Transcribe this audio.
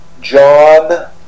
John